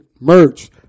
merch